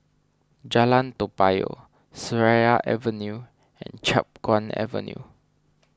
Jalan Toa Payoh Seraya Avenue and Chiap Guan Avenue